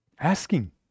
asking